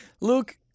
luke